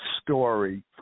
story